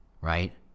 right